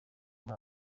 muri